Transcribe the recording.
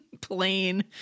Plain